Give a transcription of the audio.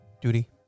Duty